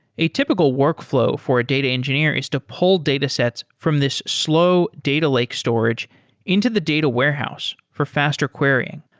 a typical workflow for a data engineer is to pull datasets from this slow data lake storage into the data warehouse for faster querying.